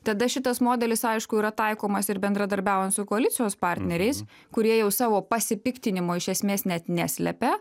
tada šitas modelis aišku yra taikomas ir bendradarbiaujant su koalicijos partneriais kurie jau savo pasipiktinimo iš esmės net neslepia